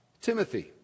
Timothy